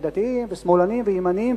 דתיים ושמאלניים וימניים,